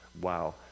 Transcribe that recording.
wow